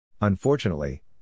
Unfortunately